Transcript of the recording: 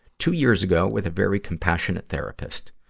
two years ago, with a very compassionate therapist.